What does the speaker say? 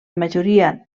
majoria